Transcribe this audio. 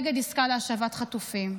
נגד עסקה להשבת חטופים,